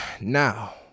Now